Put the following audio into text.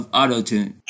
auto-tune